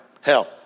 Hell